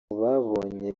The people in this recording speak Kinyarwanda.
babonye